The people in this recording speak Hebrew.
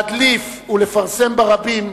להדליף ולפרסם ברבים,